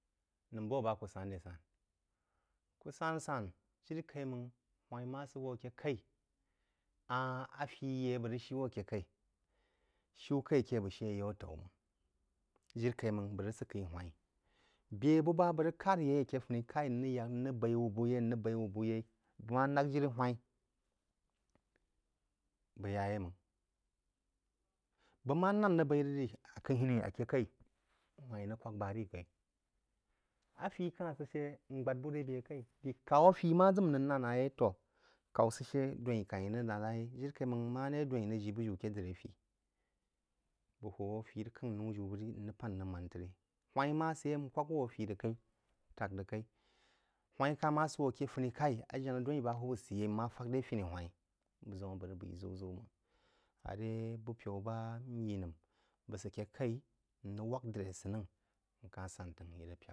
Nəm bu aba kú san dé san kú sán sān jiri kaī máng whaī ma sə wo ake kaī, ánh afī ye a bəg rəg shī wō ake kai-shiu kai ke bəg shī yoú ataú máng jiri kai bəg sekiꞌ khii waī-n be bəg bá bəg rəg karyeī ake funī k’aī n rəg yak n rəg baí wú bú yeí n rəg rəg baí wú bú yeí bəg ma nak jirí whai-n bəg ya yeī máng. Bəg ma nán rəg baī rəg rī k’əhinī ake kaī whaī-n raɨg fām ba rí bō yeí. Afī kahn sə shə n gbad bú rəg be kaí, dī kau afí ma zim rəg n nān rəg la na yeí jiri kaī máng mare dwán rəg ji bujiú ake drí afi. Bəg hȯ afi rəg kah’n noū jiu bəg rín rəg pán n rəg mánd trí. Whai-n mā sə yeí n kwák wú afí rəg kaī tak rəg kaī. Whaī-n kahn ma sə wō ake funī k’aī ajana dwaín ba hwub sə yeí n ma fak re fini whaī-n bəa zəma bəg rəg baí ziu zíu máng. Aréú bag pyaú ba n yi nəm bəg ke kaí n rəg wak drí asə-nan n kahn san təng a í rəg pyāk.